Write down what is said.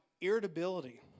Irritability